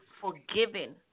forgiven